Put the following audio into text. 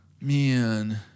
man